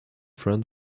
friend